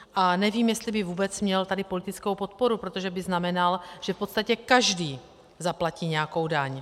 A nevím, jestli by tady vůbec měl politickou podporu, protože by znamenal, že v podstatě každý zaplatí nějakou daň.